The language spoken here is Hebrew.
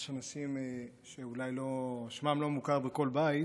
יש אנשים שאולי שמם לא מוכר בכל בית